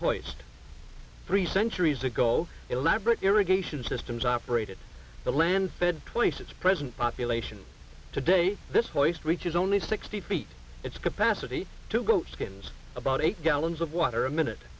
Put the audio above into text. voiced three centuries ago all elaborate irrigation systems operated the land fed twice its present population today this oyster reaches only sixty feet its capacity to go skins about eight gallons of water a minute